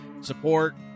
support